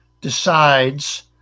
decides